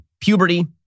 puberty